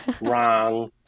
wrong